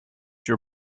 your